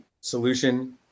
solution